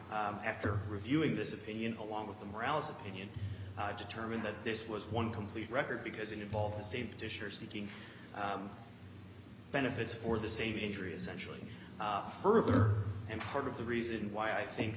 after reviewing this opinion along with the morales opinion i determined that this was one complete record because it involved the same petitioner seeking benefits for the same injury essentially further and part of the reason why i think